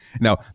now